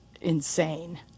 insane